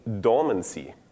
dormancy